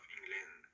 England